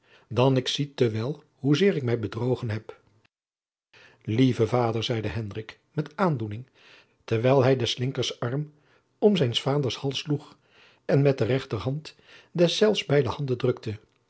dan ik zie te wel hoezeer ik mij bedrogen heb lieve vader zeide hendrik met aandoening terwijl hij den slinkerarm om zijns vaders hals sloeg en met de rechterhand deszelfs beide handen drukte